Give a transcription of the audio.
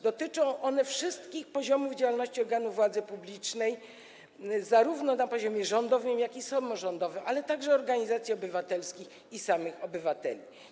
Dotyczą one wszystkich poziomów działalności organów władzy publicznej, zarówno poziomu rządowego, jak i poziomu samorządowego, ale także organizacji obywatelskich i samych obywateli.